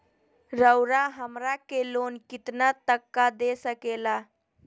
रउरा हमरा के लोन कितना तक का दे सकेला?